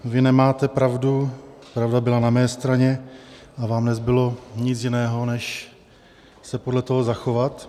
Vy nemáte pravdu, pravda byla na mé straně a vám nezbylo nic jiného, než se podle toho zachovat.